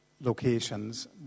locations